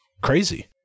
crazy